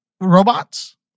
robots